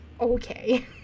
Okay